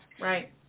Right